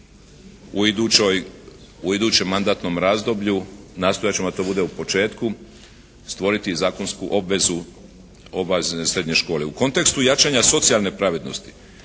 u idućem mandatnom razdoblju, nastojat ćemo da to bude u početku, stvoriti zakonsku obvezu obavezne srednje škole. U kontekstu jačanja socijalne pravednosti,